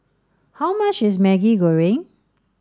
how much is Maggi Goreng